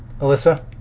Alyssa